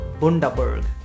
Bundaberg